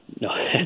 no